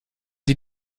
die